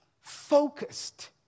focused